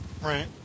Right